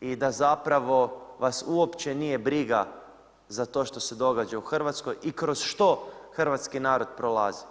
i da zapravo vas uopće nije briga za to što ste događa u Hrvatskoj i kroz što hrvatski narod prolazi.